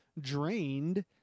drained